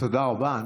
תודה רבה.